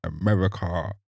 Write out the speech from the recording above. America